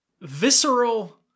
visceral